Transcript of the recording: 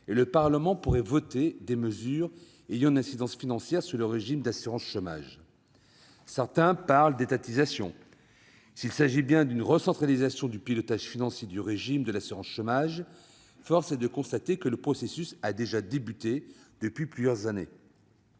et le Parlement pourrait voter des mesures ayant une incidence financière sur le régime d'assurance chômage. Certains parlent d'étatisation. S'il s'agit bien d'une recentralisation du pilotage financier du régime d'assurance chômage, force est de constater que le processus a déjà débuté depuis plusieurs années.